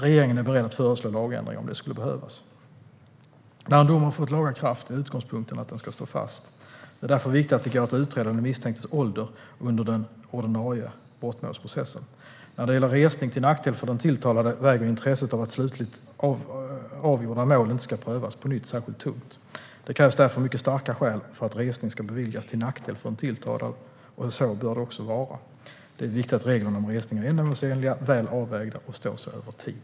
Regeringen är beredd att föreslå lagändringar om det skulle behövas. När en dom har fått laga kraft är utgångspunkten att den ska stå fast. Det är därför viktigt att det går att utreda den misstänktes ålder under den ordinarie brottmålsprocessen. När det gäller resning till nackdel för den tilltalade väger intresset av att slutligt avgjorda mål inte ska prövas på nytt särskilt tungt. Det krävs därför mycket starka skäl för att resning ska beviljas till nackdel för en tilltalad, och så bör det också vara. Det är viktigt att reglerna om resning är ändamålsenliga och väl avvägda och står sig över tid.